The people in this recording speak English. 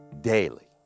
daily